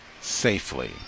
safely